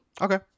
okay